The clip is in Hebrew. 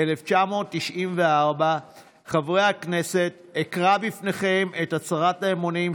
במקום חברת הכנסת פנינה תמנו,